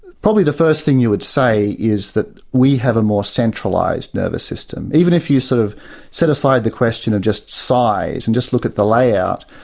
probably the first thing you would say is that we have a more centralised nervous system. even if you sort of set aside the question of just size, and just look at the layout,